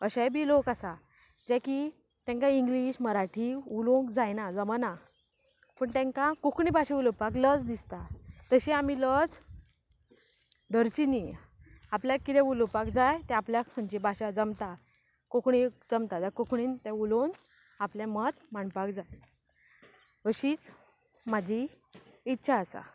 अशेय बी लोक आसा जे की तांकां इंग्लीश मराठी उलोवंक जायना जमना पूण तांकां कोंकणी भाशा उलोवपाक लज दिसता तशी आमी लज धरची न्ही आपल्याक किदें उलोवपाक जाय ते आपल्याक खंयची भाशा जमता कोंकणी जमता जाल्यार कोंकणीन तें उलोवन आपलें मत मांडपाक जाय अशीच म्हजी इच्छा आसा